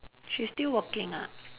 she still working ah